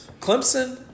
Clemson